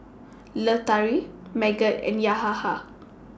Lestari Megat and Yahaya